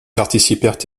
participèrent